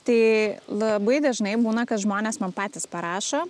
tai labai dažnai būna kad žmonės man patys parašo